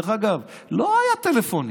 דרך אגב, לא היו טלפונים.